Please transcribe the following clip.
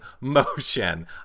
motion